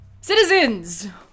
Citizens